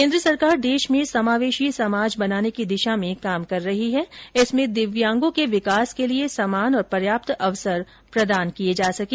केंद्र सरकार देष में समावेषी समाज बनाने की दिषा में काम कर रही है ताकि दिव्यांगों के विकास के लिए समान और पर्याप्त अवसर प्रदान किये जा सकें